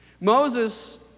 Moses